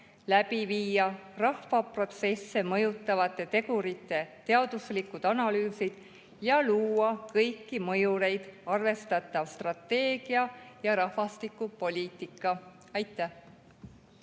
läbi viia [rahvastiku]protsesse mõjutavate tegurite teaduslikud analüüsid ja luua kõiki mõjureid arvestav strateegia ja rahvastikupoliitika. Aitäh!